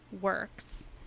works